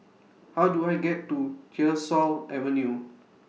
How Do I get to Tyersall Avenue